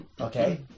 Okay